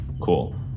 Cool